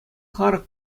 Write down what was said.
харӑк